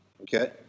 Okay